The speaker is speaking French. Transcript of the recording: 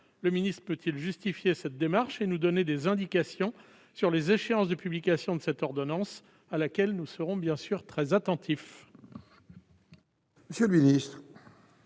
le ministre peut-il justifier cette démarche et nous donner des indications sur les échéances de publication de cette ordonnance à laquelle nous serons bien sûr très attentifs.